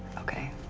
okay.